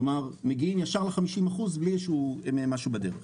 כלומר מגיעים ל50 אחוז בלי משהו בדרך.